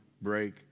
break